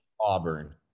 Auburn